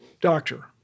doctor